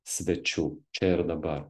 svečių čia ir dabar